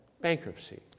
bankruptcy